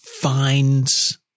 finds